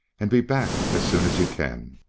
and be back as soon as you can.